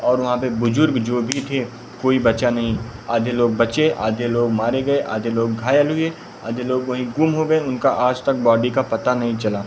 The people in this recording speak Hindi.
और वहाँ पर बुज़ुर्ग जो भी थे कोई बचा नहीं आधे लोग बचे आधे लोग मारे गए आधे लोग घायल हुए आधे लोग वहीं गुम हो गए उनका आज तक बॉडी का पता नहीं चला